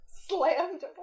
Slammed